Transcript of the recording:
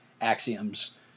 axioms